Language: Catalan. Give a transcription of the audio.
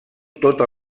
tota